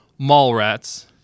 Mallrats